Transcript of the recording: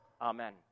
Amen